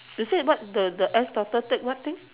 they say what the the S daughter take what thing